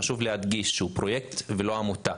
חשוב להדגיש שזה פרויקט ולא עמותה,